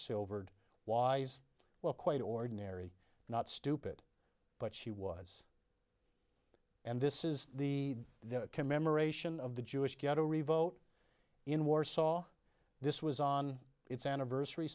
silvered wise well quite ordinary not stupid but she was and this is the commemoration of the jewish ghetto revote in warsaw this was on its anniversary